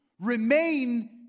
remain